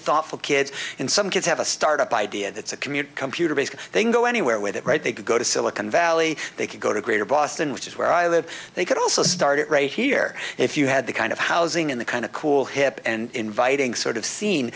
thoughtful kids and some kids have a startup idea that's a community computer because they can go anywhere with it right they could go to silicon valley they could go to greater boston which is where i live they could also start right here if you had the kind of housing and the kind of cool hip and inviting sort of scen